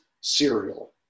cereal